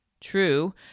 True